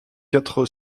quatre